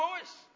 voice